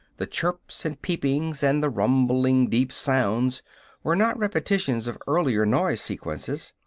the chirps and peepings and the rumbling deep sounds were not repetitions of earlier noise-sequences.